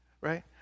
right